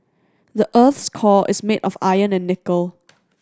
the earth's core is made of iron and nickel